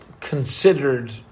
considered